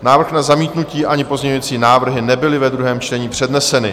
Návrh na zamítnutí ani pozměňovací návrhy nebyly ve druhém čtení předneseny.